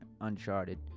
Uncharted